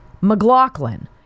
McLaughlin